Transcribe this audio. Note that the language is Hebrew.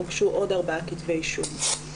הוגשו עוד ארבעה כתבי אישום.